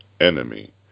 enemy